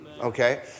okay